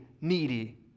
needy